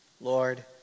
Lord